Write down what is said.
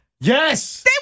Yes